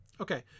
Okay